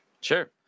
Sure